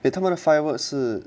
eh 他们的 firework 是